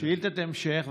שאילתת המשך,